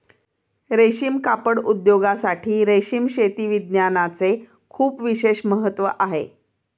रेशीम कापड उद्योगासाठी रेशीम शेती विज्ञानाचे खूप विशेष महत्त्व आहे